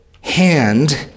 hand